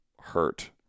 hurt